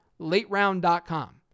lateround.com